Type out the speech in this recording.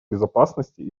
безопасности